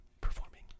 performing